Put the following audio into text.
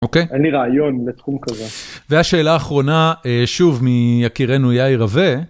אוקיי? אין לי רעיון לתחום כזה. והשאלה האחרונה, שוב, מיקירנו יאיר רווה.